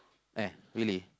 uh really